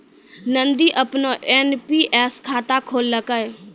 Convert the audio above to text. नंदनी अपनो एन.पी.एस खाता खोललकै